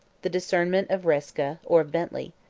the discernment of reiske, or of bentley.